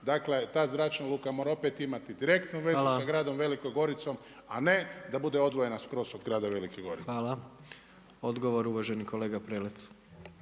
Dakle ta zračna luka mora opet imati direktnu vezu sa gradom Velikom Goricom a ne da bude odvojena skroz od grada Velike Gorice. **Jandroković, Gordan